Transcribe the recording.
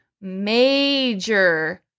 major